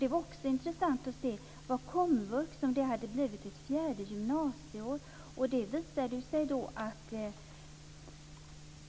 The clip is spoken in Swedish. Det är intressant att se komvux som liksom blivit ett fjärde gymnasieår.